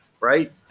Right